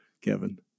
Kevin